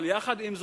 אבל עם זאת,